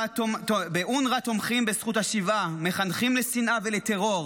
באונר"א תומכים בזכות השיבה, מחנכים לשנאה ולטרור,